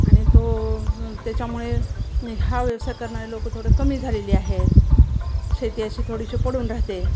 आणि तो त्याच्यामुळे हा व्यवसाय करणारे लोक थोडं कमी झालेली आहेत शेती अशी थोडीशी पडून राहते